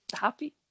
happy